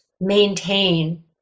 maintain